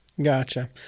Gotcha